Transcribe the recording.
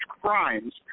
crimes